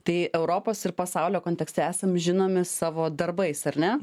tai europos ir pasaulio kontekste esam žinomi savo darbais ar ne